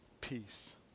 Peace